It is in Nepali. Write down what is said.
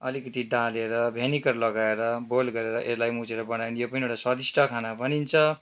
अलिकति दालेर भेनिगर लगाएर बोइल गरेर यसलाई मुछेर बनायो भने यो पनि एउटा स्वादिष्ट खाना बनिन्छ